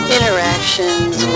Interactions